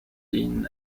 dean